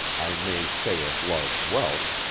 i may say of large wealth,